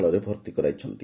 ଳୟରେ ଭର୍ତି କରାଇଛନ୍ତି